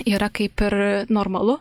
yra kaip ir normalu